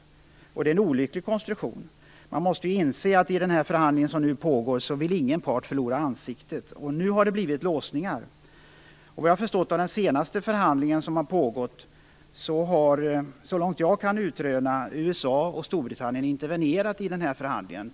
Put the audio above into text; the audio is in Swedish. Det är en olycklig konstruktion. Man måste inse att ingen part vill förlora ansiktet i den förhandling som nu pågår. Nu har det uppstått låsningar. Vad jag har förstått av den senaste förhandlingen har USA och Storbritannien intervenerat.